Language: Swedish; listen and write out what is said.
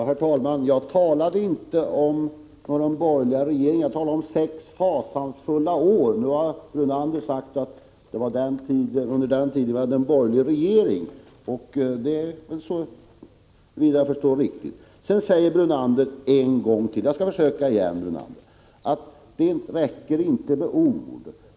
Herr talman! Jag talade inte om borgerliga regeringar. Jag talade om sex fasansfulla år. Lennart Brunander säger att vi då hade borgerlig regering. Såvitt jag förstår är det riktigt. Sedan säger Lennart Brunander en gång till: Det räcker inte med ord.